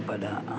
പല